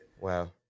Wow